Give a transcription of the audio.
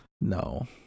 No